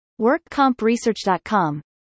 WorkCompResearch.com